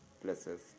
places